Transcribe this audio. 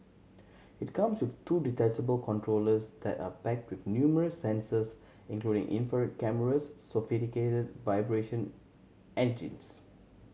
it comes with two detachable controllers that are packed with numerous sensors including infrared cameras sophisticated vibration engines